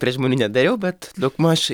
prie žmonių nedariau bet daugmaž